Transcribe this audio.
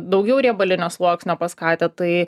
daugiau riebalinio sluoksnio pas katę tai